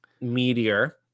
meteor